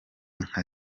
nka